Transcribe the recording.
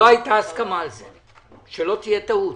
לא הייתה הסכמה על זה, שלא תהיה טעות.